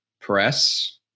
press